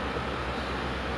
we~ it's very macam